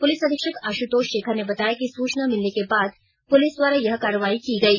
police अधीक्षक आशुतोष शेखर ने बताया कि सूचना मिलने के बाद पुलिस द्वारा यह कार्रवाई की गयी